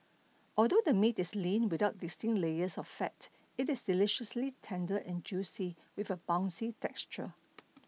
although the meat is lean without distinct layers of fat it is deliciously tender and juicy with a bouncy texture